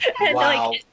Wow